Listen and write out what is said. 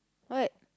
what